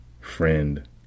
friend